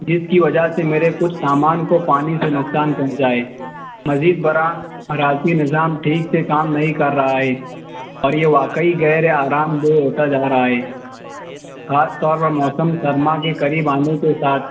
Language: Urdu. جس کی وجہ سے میرے کچھ سامان کو پانی سے نقصان پہنچا ہے مزید برآں حرارتی نظام ٹھیک سے کام نہیں کر رہا ہے اور یہ واقعی غیر آرام دہ ہوتا جا رہا ہے خاص طور پر موسم سرما کے قریب آنے کے ساتھ